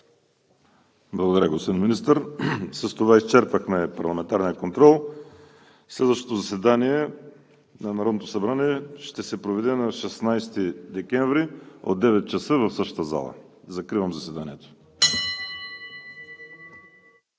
Благодаря, господин Министър. С това изчерпахме парламентарния контрол. Следващото заседание на Народното събрание ще се проведе на 16 декември 2020 г. от 9,00 ч. в същата зала. Закривам заседанието.